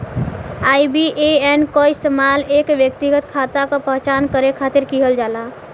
IBAN क इस्तेमाल एक व्यक्तिगत खाता क पहचान करे खातिर किहल जाला